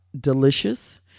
delicious